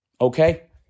Okay